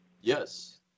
Yes